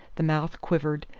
the mouth quivered,